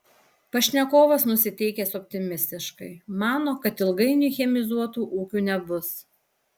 pašnekovas nusiteikęs optimistiškai mano kad ilgainiui chemizuotų ūkių nebus